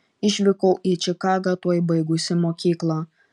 išvykau į čikagą tuoj baigusi mokyklą